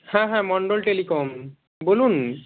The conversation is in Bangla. হ্যাঁ হ্যাঁ মন্ডল টেলিকম বলুন